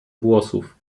włosów